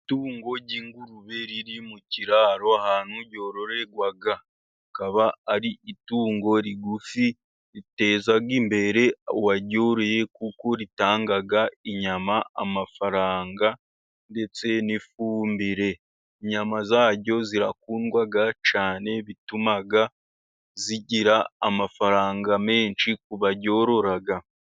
Itungo ry'ingurube riri mu kiraro ahantu ryororerwa akaba ari itungo rigufi riteza imbere uwaryoroye kuko ritanga inyama, amafaranga ndetse n'ifumbire. Inyama zaryo zirakundwa cyane bituma zigira amafaranga menshi ku baryorora.